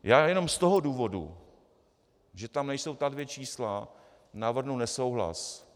Já jenom z toho důvodu, že tam nejsou ta dvě čísla, navrhnu nesouhlas.